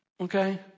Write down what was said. okay